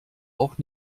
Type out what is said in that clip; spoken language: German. auch